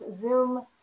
zoom